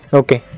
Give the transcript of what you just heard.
okay